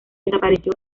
desapareció